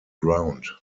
round